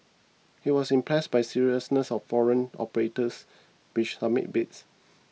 he was impressed by seriousness of foreign operators which submitted bids